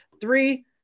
three